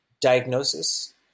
diagnosis